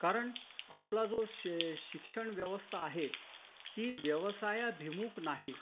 कारण आपला जो श शिक्षणव्यवस्था आहे ती व्यवसायाभिमुख नाही